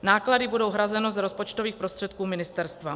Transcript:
Náklady budou hrazeny z rozpočtových prostředků ministerstva.